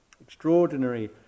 Extraordinary